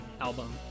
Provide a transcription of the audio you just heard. album